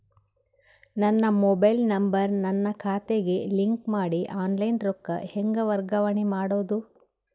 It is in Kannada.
ನನ್ನ ಮೊಬೈಲ್ ನಂಬರ್ ನನ್ನ ಖಾತೆಗೆ ಲಿಂಕ್ ಮಾಡಿ ಆನ್ಲೈನ್ ರೊಕ್ಕ ಹೆಂಗ ವರ್ಗಾವಣೆ ಮಾಡೋದು?